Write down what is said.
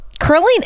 curling